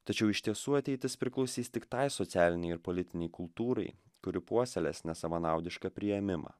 tačiau iš tiesų ateitis priklausys tik tai socialinei ir politinei kultūrai kuri puoselės nesavanaudišką priėmimą